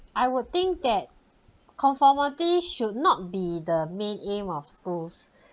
I will think that conformity should not be the main aim of schools